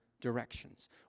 directions